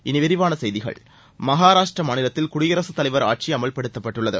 இனி விரிவான செய்திகள் மகாராஷ்டிரா மாநிலத்தில் குடியரசுத் தலைவர் ஆட்சி அமல்படுத்தப்பட்டுள்ளது